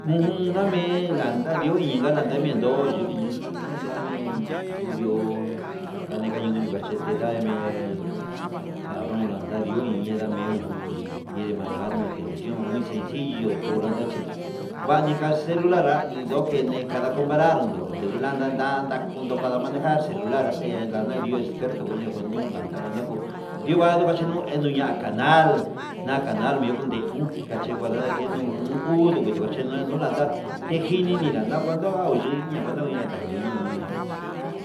Ujun ndame lianda nandiu landa ndame yo'o ndikini ndame ndiu ho ndi'ó, kenekañun ndekachete ndame cabron landa iho ni ndame yeun jun yene manejar ne televición, muy sencillo tulachí vaniga celular ngadeyo kene kada comparar ndo, ndundu landa landa kondo kada manejar celular tendanadio esperto llene nguenuu landa nguu ndivano kachinuu, enuña canal na canal ende kundeuun, kachi nguadada keno'o o uu kinde guacheno onlanda tejíni ningua kulanda oyiini nguena ngunanda ino'oi nono'o.